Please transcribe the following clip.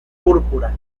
púrpura